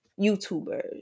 YouTubers